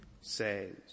says